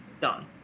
done